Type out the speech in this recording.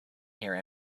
here